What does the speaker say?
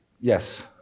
yes